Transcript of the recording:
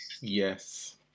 yes